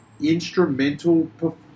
Instrumental